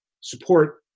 support